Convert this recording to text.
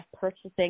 purchasing –